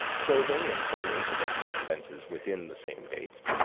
clothing and some incidental expenses within the same dates,